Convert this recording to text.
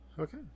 Okay